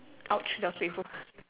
!ouch! your safer